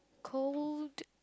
cold